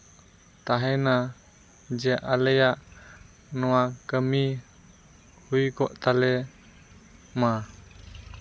ᱛᱟᱦᱮᱱᱟ ᱡᱮ ᱟᱞᱮᱭᱟᱜ ᱱᱚᱣᱟ ᱠᱟᱹᱢᱤ ᱦᱩᱭ ᱠᱚᱜ ᱛᱟᱞᱮ ᱢᱟ